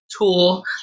tool